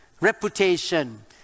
reputation